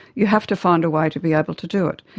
you have to find a way to be able to do it.